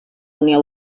unió